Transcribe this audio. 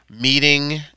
meeting